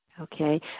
okay